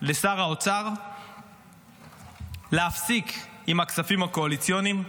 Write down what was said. לשר האוצר להפסיק עם הכספים הקואליציוניים,